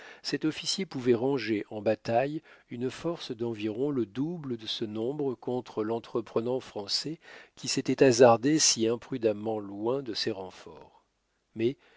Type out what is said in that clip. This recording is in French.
cet officier pouvait ranger en bataille une force d'environ le double de ce nombre contre l'entreprenant français qui s'était hasardé si imprudemment loin de ses renforts mais